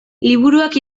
liburuak